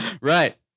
right